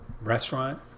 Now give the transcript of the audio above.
restaurant